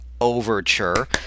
Overture